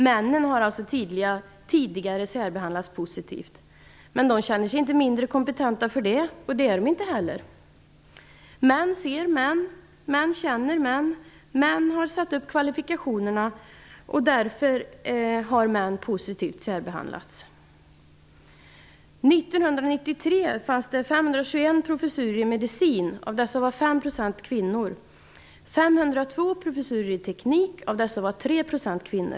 Männen har alltså tidigare särbehandlats positivt. Men de känner sig inte mindre kompetenta för det. Och det är de inte heller. Män ser män. Män känner män. Män har satt upp kvalifikationerna, och därför har män positivt särbehandlats. Det fanns 502 professorer i teknik.